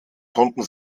konnten